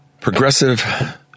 progressive